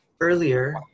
earlier